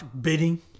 Bidding